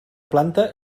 planta